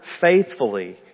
faithfully